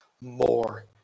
more